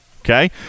Okay